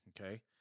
okay